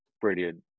brilliant